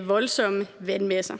voldsomme vandmasser.